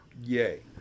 yay